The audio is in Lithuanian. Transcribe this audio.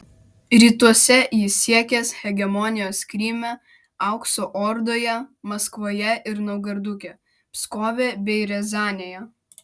rytuose jis siekęs hegemonijos kryme aukso ordoje maskvoje ir naugarduke pskove bei riazanėje